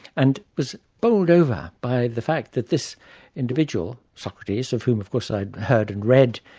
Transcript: and was bowled over by the fact that this individual, socrates, of whom of course i'd heard and read,